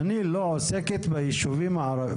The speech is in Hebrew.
אני לא עוסקת בישובים הערבים.